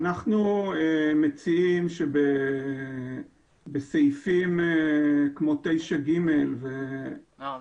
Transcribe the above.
אנחנו מציעים שבסעיפים כמו 9ג. עוד לא